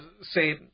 say